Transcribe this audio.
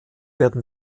werden